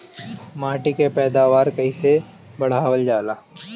माटी के पैदावार कईसे बढ़ावल जाला?